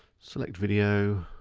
select video.